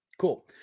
Cool